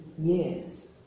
years